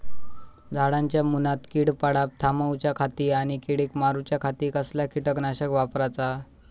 झाडांच्या मूनात कीड पडाप थामाउच्या खाती आणि किडीक मारूच्याखाती कसला किटकनाशक वापराचा?